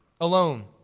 alone